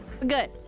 Good